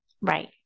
Right